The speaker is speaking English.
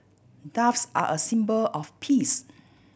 doves are a symbol of peace